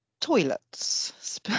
Toilets